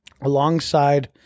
alongside